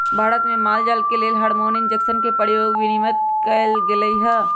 भारत में माल जाल के लेल हार्मोन इंजेक्शन के प्रयोग विनियमित कएल गेलई ह